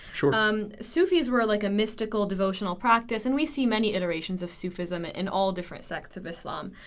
sure. um sufis were like a mystical devotional practice, and we see many iterations of sufism in all different sects of islam.